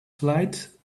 flight